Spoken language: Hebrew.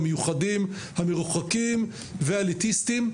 המרוחקים והאליטיסטים.